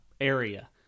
area